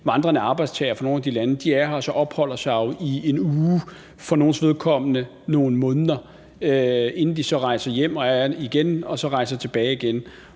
vandrende arbejdstagere fra nogle af de lande er her og opholder sig i en uge, for nogles vedkommende nogle måneder, inden de så rejser hjem og så rejser tilbage igen,